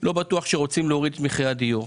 לא בטוח שהם רוצים להוריד את מחירי הדיור.